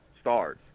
stars